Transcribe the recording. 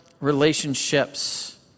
relationships